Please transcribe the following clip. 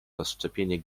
rozszczepienie